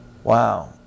Wow